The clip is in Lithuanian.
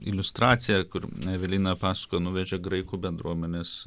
iliustracija kur eveliną paskui nuvežė graikų bendruomenės